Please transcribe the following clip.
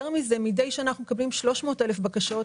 יותר מזה, מדי שנה אנחנו מקבלים 300 אלף בקשות.